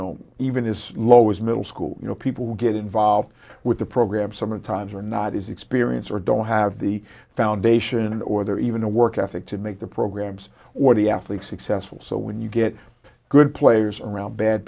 know even as low as middle school you know people who get involved with the program sometimes are not his experience or don't have the foundation or there or even a work ethic to make the programs or the athletes successful so when you get good players around bad